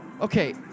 okay